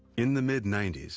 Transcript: in the mid ninety s,